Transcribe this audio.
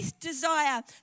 desire